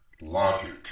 logic